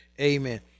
Amen